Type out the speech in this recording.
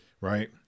right